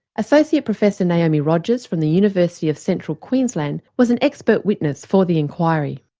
associate professor naomi rogers from the university of central queensland was an expert witness for the inquiry.